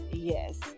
Yes